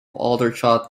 aldershot